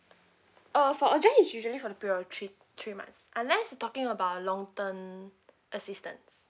oh for is usually for period of three three months unless you're talking about long term assistance